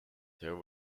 there